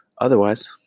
otherwise